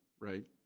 right